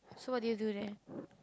so what did you do there